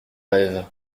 rêve